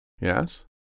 Yes